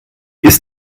ist